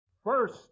First